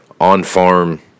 on-farm